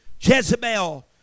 Jezebel